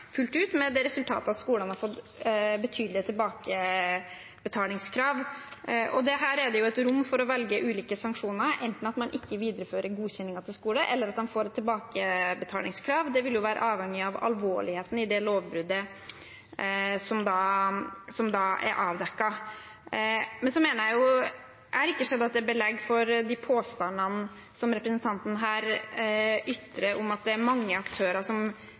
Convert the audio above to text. fullt ut med det resultat at skolene har fått betydelige tilbakebetalingskrav. Her er det rom for å velge sanksjoner, enten at man ikke viderefører godkjenningen til skolen, eller at de får tilbakebetalingskrav. Det vil være avhengig av alvorligheten i det lovbruddet som er avdekket. Jeg har ikke sett at det er belegg for de påstandene som representanten her ytrer, om at det er mange aktører som